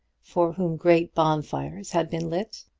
for whom great bonfires had been lit,